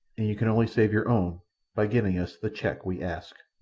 and you can only save your own by giving us the cheque we ask.